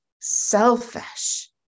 selfish